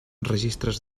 registres